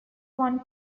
one